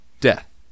death